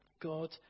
God